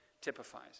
typifies